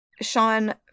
Sean